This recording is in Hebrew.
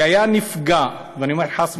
שהיה נפגע, ואני אומר: חס וחלילה,